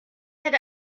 had